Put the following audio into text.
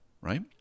right